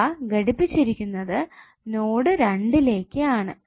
ഇവ ഘടിപ്പിച്ചിരിക്കുന്നത് നോഡ് രണ്ടിലേക് ആണ്